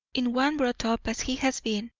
in one brought up as he has been.